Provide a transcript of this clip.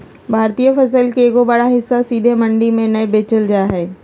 भारतीय फसल के एगो बड़ा हिस्सा सीधे मंडी में नय बेचल जा हय